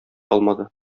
алмады